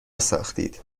ساختید